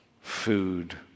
food